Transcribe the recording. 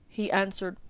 he answered,